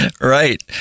Right